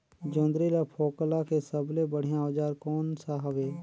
जोंदरी ला फोकला के सबले बढ़िया औजार कोन सा हवे?